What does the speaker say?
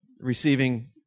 receiving